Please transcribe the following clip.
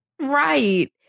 Right